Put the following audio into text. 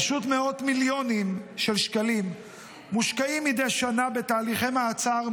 פשוט מאות מיליוני שקלים מושקעים מדי שנה בתהליכי מעצר,